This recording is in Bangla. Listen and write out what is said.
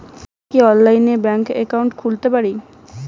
আমি কি অনলাইনে ব্যাংক একাউন্ট খুলতে পারি?